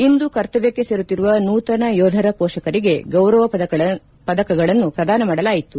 ಇಂದು ಕರ್ತವ್ಯಕ್ಷೆ ಸೇರುತ್ತಿರುವ ನೂತನ ಯೋಧರ ಮೋಷಕರಿಗೆ ಗೌರವ ಪದಕಗಳನ್ನು ಪ್ರದಾನ ಮಾಡಲಾಯಿತು